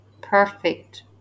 perfect